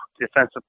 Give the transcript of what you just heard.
defensive